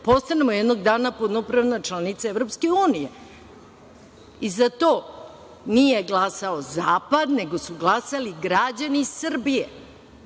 postanemo jednog dana punopravna članica EU i za to nije glasao zapad, nego su glasali građani Srbije.